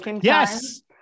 Yes